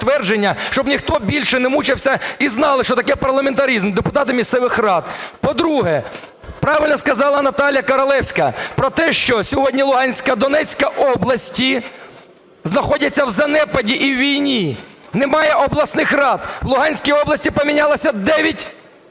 щоб ніхто більше не мучився, і знали, що таке парламентаризм, депутати місцевих рад. По-друге, правильно сказала Наталія Королевська про те, що сьогодні Луганська і Донецька області знаходяться в занепаді і у війні. Немає обласних рад, в Луганській області помінялося